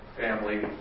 Family